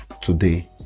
today